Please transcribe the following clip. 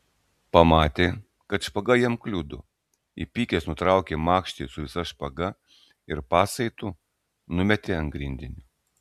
pamatė kad špaga jam kliudo įpykęs nutraukė makštį su visa špaga ir pasaitu numetė ant grindinio